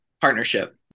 partnership